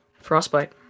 frostbite